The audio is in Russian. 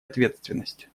ответственность